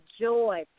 joy